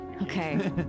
Okay